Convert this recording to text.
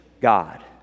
God